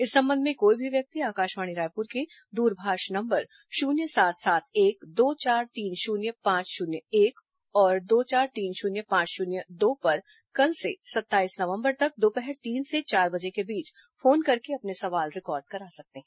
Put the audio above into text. इस संबंध में कोई भी व्यक्ति आकाशवाणी रायपुर के दूरभाष नम्बर शून्य सात सात एक दो चार तीन शून्य पांच शून्य एक और दो चार तीन शून्य पांच शून्य दो पर कल से सत्ताईस नवम्बर तक दोपहर तीन से चार बजे के बीच फोन करके अपने सवाल रिकॉर्ड करा सकते हैं